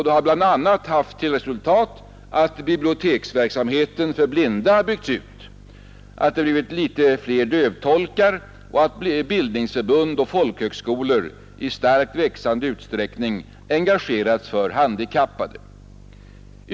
Det har bl.a. haft till resultat att biblioteksverksamheten för blinda byggts ut, att det blivit litet fler dövtolkar och att bildningsförbund och folkhögskolor i starkt växande utsträckning engagerats för de handikappade.